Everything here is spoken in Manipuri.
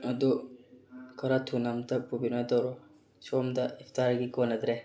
ꯑꯗꯨ ꯈꯔ ꯊꯨꯅ ꯑꯝꯇ ꯄꯨꯕꯤꯅ ꯇꯧꯔꯣ ꯁꯣꯝꯗ ꯁ꯭ꯇꯥꯔꯒꯤ ꯀꯣꯟꯅꯗ꯭ꯔꯦ